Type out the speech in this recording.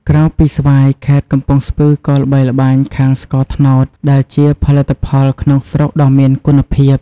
ក្រៅពីស្វាយ ខេត្តកំពង់ស្ពឺក៏ល្បីល្បាញខាងស្ករត្នោត ដែលជាផលិតផលក្នុងស្រុកដ៏មានគុណភាព។